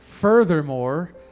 Furthermore